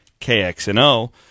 KXNO